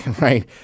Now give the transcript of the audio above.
right